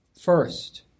First